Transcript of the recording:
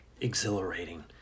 exhilarating